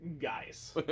Guys